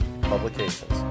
publications